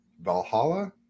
Valhalla